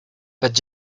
but